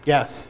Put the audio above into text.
Yes